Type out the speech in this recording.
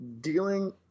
dealing